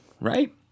right